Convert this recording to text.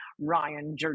Ryan